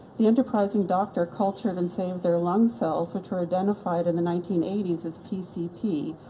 the enterprising doctor cultured and saved their lung cells, which were identified in the nineteen eighty s as pcp,